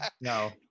No